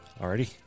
Already